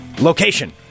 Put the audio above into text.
location